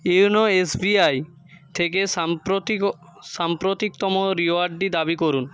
YONO SBI থেকে সাম্প্রতিক ও সাম্প্রতিকতম রিওয়ার্ডটি দাবি করুন